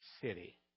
city